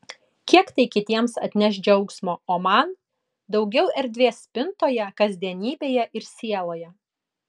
kiek tai kitiems atneš džiaugsmo o man daugiau erdvės spintoje kasdienybėje ir sieloje